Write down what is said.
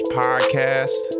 podcast